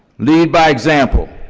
lead by example,